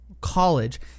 college